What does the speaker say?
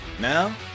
Now